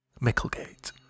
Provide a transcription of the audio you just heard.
Micklegate